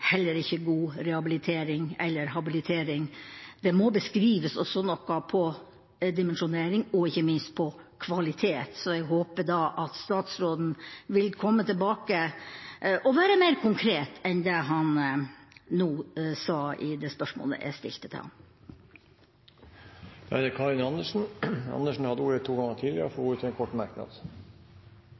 heller ikke god rehabilitering eller habilitering. Det må også beskrives noe med hensyn til dimensjonering og ikke minst til kvalitet. Jeg håper at statsråden vil komme tilbake og si noe mer konkret enn det han nå gjorde i svaret på spørsmålet jeg stilte ham. Representanten Karin Andersen har hatt ordet to ganger tidligere og får ordet til en kort merknad,